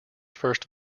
first